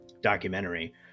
documentary